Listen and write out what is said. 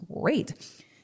great